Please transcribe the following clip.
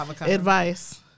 Advice